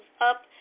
up